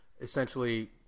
essentially